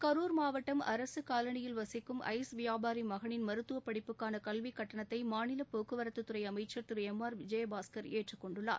கரூர் மாவட்டம் அரசு காலனியில் வசிக்கும் ஐஸ் வியாபாரி மகனின் மருத்துவப்படிப்புக்கான கல்வி கட்டணத்தை மாநில போக்குவரத்துத்துறை அமைச்சர் திரு எம் ஏற்றுக்கொண்டார்